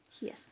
Yes